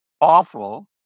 awful